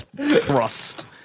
Thrust